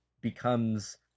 becomes